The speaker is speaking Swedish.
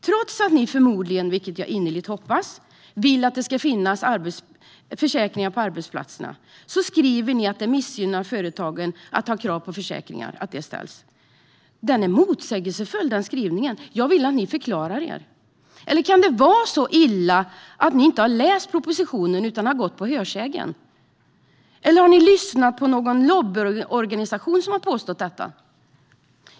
Trots att ni förmodligen vill att det ska finnas försäkringar på arbetsplatserna, vilket jag innerligt hoppas, skriver ni att det missgynnar företagen att det ställs krav på försäkringar. Skrivningen är motsägelsefull, och jag vill att ni förklarar er. Kan det kanske vara så illa att ni inte har läst propositionen utan gått på hörsägen? Eller har ni lyssnat på någon lobbyorganisation som har påstått detta?